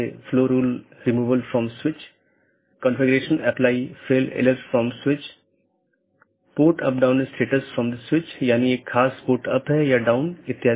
यह मूल रूप से स्केलेबिलिटी में समस्या पैदा करता है